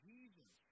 Jesus